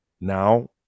Now